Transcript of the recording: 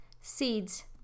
seeds